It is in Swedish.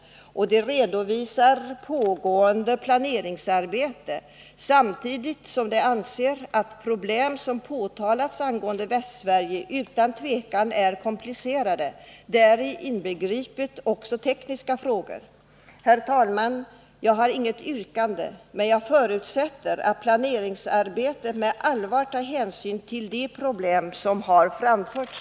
Utskottet Nr 102 hänvisar till pågående planeringsarbete samtidigt som man anför att de Torsdagen den problem som påtalats beträffande Västsverige utan tvivel är komplicerade, 13 mars 1980 däri inbegripet också tekniska frågor. Herr talman! Jag har inget yrkande, men jag förutsätter att planeringsar Medelsanvisningen betet med allvar tar hänsyn till de problem som har påtalats.